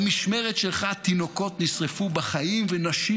במשמרת שלך תינוקות נשרפו בחיים ונשים